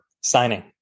signing